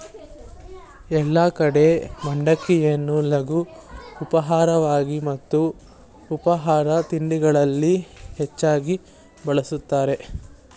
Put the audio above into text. ಎಲ್ಲೆಡೆ ಮಂಡಕ್ಕಿಯನ್ನು ಲಘು ಆಹಾರವಾಗಿ ಮತ್ತು ಉಪಾಹಾರ ತಿಂಡಿಗಳಲ್ಲಿ ಹೆಚ್ಚಾಗ್ ಬಳಸಲಾಗ್ತದೆ